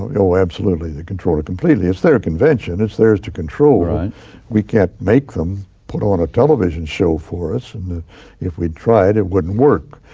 ah ah absolutely. they control it completely. it's their convention. it's theirs to control. we can't make them put on a television show for us. and if we tried, it wouldn't work.